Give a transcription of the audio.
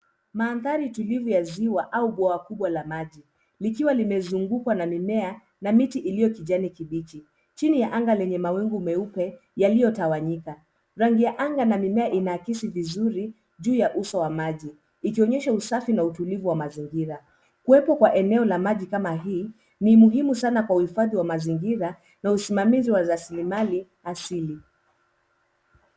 Mandhari tulivu ya ziwa au bwawa kubwa la maji likiwa limezungukwa na mimea na miti iliyo ya kijani kibichi chini ya anga yenye mawingu meupe yaliyotawanyika. Rangi ya anga na mimea inaakisi vizuri juu ya uso wa maji ikionyesha usafi na utulivu wa mazingira. Kuwepo kwa eneo la maji kama hii ni muhimu sana kwa uhifadhi wa mazingira na usimamizi wa raslimali asili.